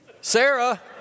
Sarah